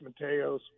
Mateos